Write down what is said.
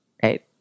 right